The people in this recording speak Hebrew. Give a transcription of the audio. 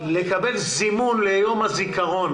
לקבל זימון ליום הזיכרון.